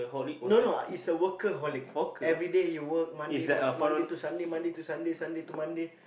no no is a workaholic everyday you work Monday Mon~ Monday to Sunday Monday to Sunday Sunday to Monday